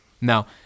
Now